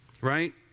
right